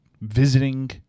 visiting